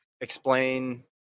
Explain